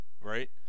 right